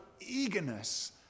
eagerness